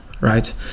right